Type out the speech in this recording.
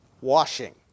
Washing